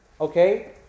okay